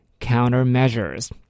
countermeasures